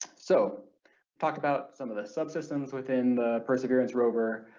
so talk about some of the subsystems within the perseverance rover,